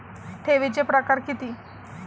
ठेवीचे प्रकार किती?